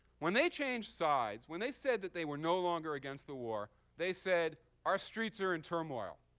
when they changed sides, when they said that they were no longer against the war, they said, our streets are in turmoil.